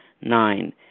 Nine